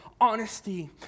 honesty